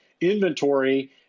inventory